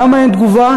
למה אין תגובה?